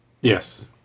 Yes